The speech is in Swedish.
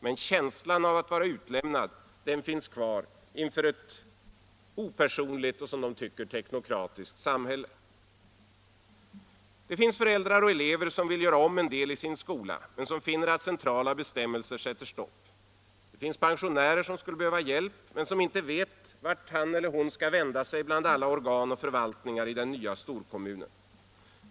Men känslan av att vara utlämnad finns kvar inför ett opersonligt och, som de tycker, teknokratiskt samhälle. Där finns föräldrar och elever som vill göra om en del i sin skola — men som finner att centrala bestämmelser sätter stopp. Där finns pensionären som skulle behöva hjälp — men som inte vet vart han eller hon skall vända sig bland alla organ och förvaltningar i den nya storkommunen.